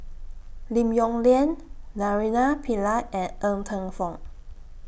Lim Yong Liang Naraina Pillai and Ng Teng Fong